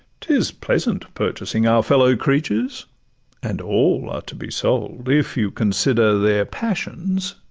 t is pleasant purchasing our fellow-creatures and all are to be sold, if you consider their passions,